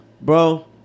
Bro